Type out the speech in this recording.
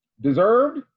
Deserved